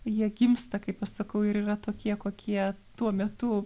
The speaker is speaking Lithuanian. jie gimsta kaip aš sakau ir yra tokie kokie tuo metu